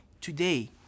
today